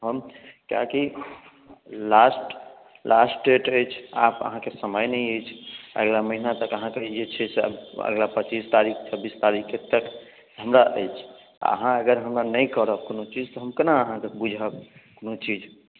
हम कियाकि last last date अछि आब अहाँके समय नहि अछि अगला महीना तक अहाँके जे छै से अगला पच्चीस तारिख छब्बीस तारिख तक हमरा अछि अहाँ हमरा अगर नहि करब कोनो चीज तऽ हम अहाँके कोना बूझब कोनो चीज